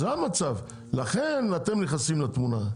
לכן אתם נכנסים לתמונה,